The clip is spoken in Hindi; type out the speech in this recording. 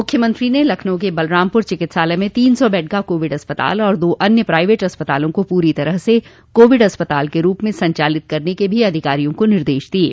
मुख्यमंत्री ने लखनऊ के बलरामपुर चिकित्सालय में तीन सौ बेड का कोविड अस्पताल और दो अन्य प्राइवेट अस्पतालों को पूरी तरह से कोविड अस्पताल के रूप में संचालित करने के भी अधिकारियों को निर्देश दिये